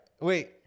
Wait